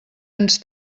ens